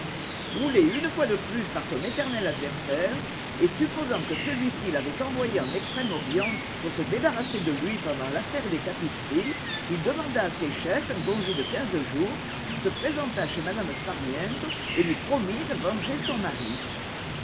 roulé une fois de plus par son éternel adversaire et supposant que celui-ci l'avait envoyé en extrême orient pour se débarrasser de lui pendant l'affaire des tapisseries il demanda à ses chefs un congé de quinze jours se présenta chez m me sparmiento et lui promit de venger son mari